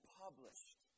published